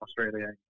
Australia